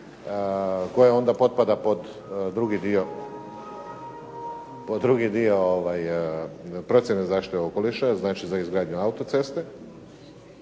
koja onda potpada pod drugi dio procjene zaštite okoliša, ili znači za izgradnju autoceste,